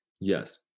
Yes